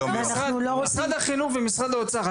משרד החינוך ומשרד האוצר,